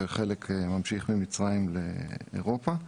וחלק ממשיך ממצרים לאירופה.